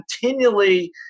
continually